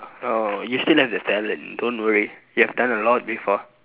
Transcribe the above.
oh you still have the talent don't worry you have done a lot before